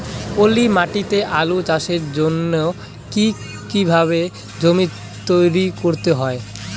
পলি মাটি তে আলু চাষের জন্যে কি কিভাবে জমি তৈরি করতে হয়?